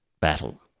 battle